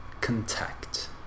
Contact